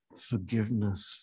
Forgiveness